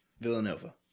Villanova